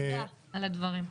תודה על הדברים.